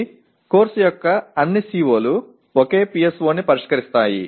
కాబట్టి కోర్సు యొక్క అన్ని CO లు ఒకే PSO ని పరిష్కరిస్తాయి